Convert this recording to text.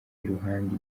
iruhande